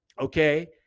okay